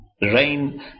rain